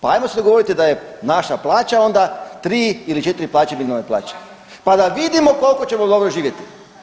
Pa ajmo se dogovoriti da je naša plaća onda 3 ili 4 plaće minimalne plaće, pa da vidimo koliko ćemo dobro živjeti.